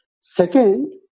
second